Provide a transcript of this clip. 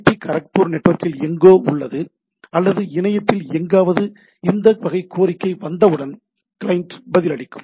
D Kharagpur நெட்வொர்க்கில் எங்கோ உள்ளது அல்லது இணையத்தில் எங்காவது இந்த வகை கோரிக்கை வந்தவுடன் கிளையன்ட் பதிலளிக்கும்